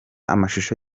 amashusho